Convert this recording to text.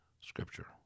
scripture